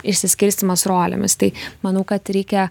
išsiskirstymas rolėmis tai manau kad reikia